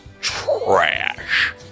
trash